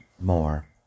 more